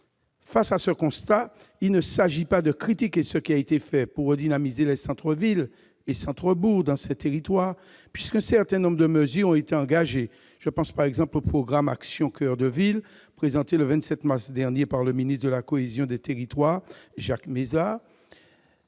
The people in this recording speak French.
Face à ce constat, il ne s'agit pas de critiquer ce qui a été fait pour redynamiser les centres-villes et centres-bourgs dans ces territoires, puisqu'un certain nombre de mesures ont été engagées. Je pense, par exemple, au programme « Action coeur de ville » présenté le 27 mars dernier par le ministre de la cohésion des territoires, Jacques Mézard.